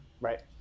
Right